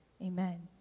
Amen